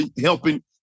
helping